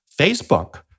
Facebook